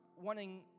wanting